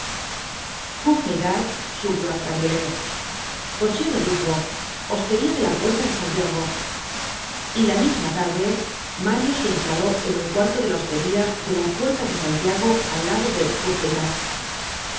bossuet courfeyrac subió al cabriolé cochero dijo hostería de la puerta de santiago y la misma tarde mario se instaló en un cuarto de la hostería de la puerta de santiago al lado de